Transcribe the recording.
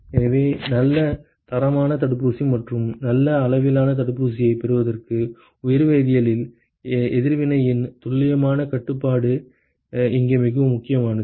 எனவே நல்ல தரமான தடுப்பூசி மற்றும் நல்ல அளவிலான தடுப்பூசியைப் பெறுவதற்கு உயிர்வேதியியல் எதிர்வினையின் துல்லியமான கட்டுப்பாடு இங்கே மிகவும் முக்கியமானது